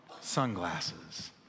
sunglasses